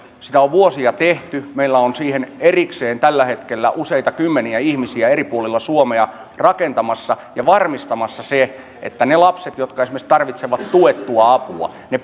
sitä on vuosia tehty meillä on sitä varten erikseen tällä hetkellä useita kymmeniä ihmisiä eri puolilla suomea sitä rakentamassa ja varmistamassa sen että niille lapsille jotka esimerkiksi tarvitsevat tuettua apua ja